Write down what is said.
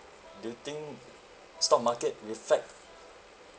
do you think stock market reflect